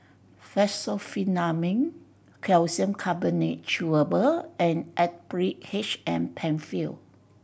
Fexofenadine Calcium Carbonate Chewable and Actrapid H M Penfill